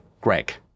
greg